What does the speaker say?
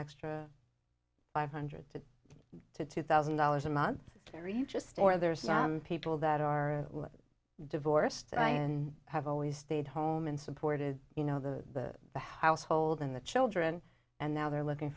extra five hundred to two thousand dollars a month carrie just or there are some people that are divorced and have always stayed home and supported you know the the household in the children and now they're looking